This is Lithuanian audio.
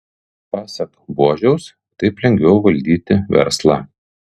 pasak buožiaus taip lengviau valdyti verslą